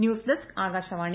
news desk Akashvani